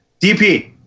DP